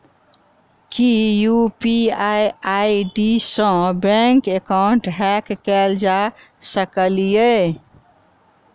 की UPI ID सऽ bank account hack कैल जा सकलिये?